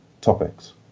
topics